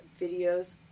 videos